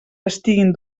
estiguen